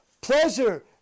pleasure